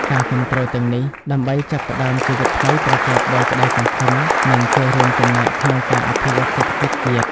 ការគាំទ្រទាំងនេះ ដើម្បីចាប់ផ្តើមជីវិតថ្មីប្រកបដោយក្តីសង្ឃឹម និងចូលរួមចំណែកក្នុងការអភិវឌ្ឍសេដ្ឋកិច្ចជាតិ។